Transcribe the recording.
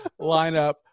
Lineup